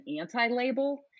anti-label